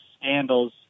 scandals